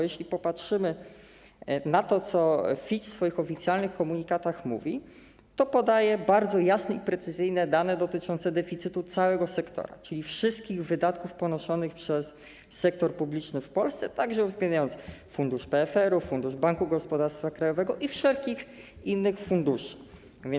Jeśli popatrzymy na to, co Fitch mówi w swoich oficjalnych komunikatach, to zobaczymy, że podaje bardzo jasne i precyzyjne dane dotyczące deficytu całego sektora, czyli wszystkich wydatków ponoszonych przez sektor publiczny w Polsce, uwzględniając także PFR, fundusz Banku Gospodarstwa Krajowego i wszelkie inne fundusze.